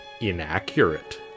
inaccurate